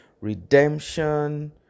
redemption